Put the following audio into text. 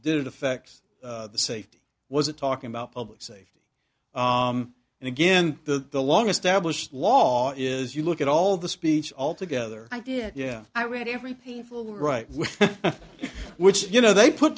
did it affect the safety was it talking about public safety and again that the long established law is you look at all the speech all together i did yeah i read every painful right with which you know they put